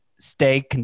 Stay